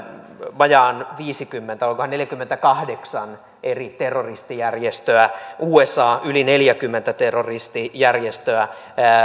vajaan viisikymmentä olikohan neljäkymmentäkahdeksan eri terroristijärjestöä usa yli neljäkymmentä terroristijärjestöä